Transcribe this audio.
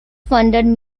funded